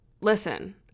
listen